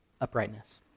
uprightness